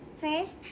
First